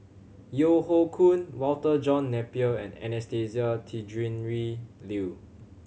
Yeo Hoe Koon Walter John Napier and Anastasia Tjendri Liew